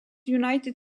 united